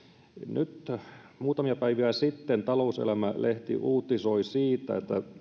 nyt muutamia päiviä sitten talouselämä lehti uutisoi siitä